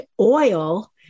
oil